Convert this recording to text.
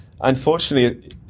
unfortunately